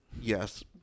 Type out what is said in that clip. Yes